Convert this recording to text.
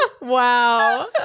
Wow